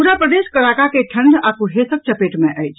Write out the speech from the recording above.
पूरा प्रदेश कड़ाका के ठंड आ कुहेसक चपेट मे अछि